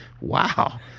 wow